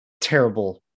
terrible